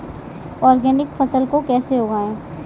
Organic फसल को कैसे उगाएँ?